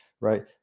right